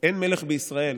אין מלך בישראל,